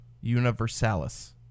Universalis